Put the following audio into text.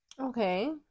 okay